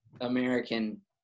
american